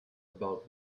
about